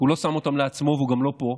כי הוא לא שם אותן לעצמו והוא גם לא פה.